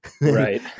Right